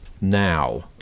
now